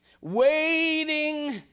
Waiting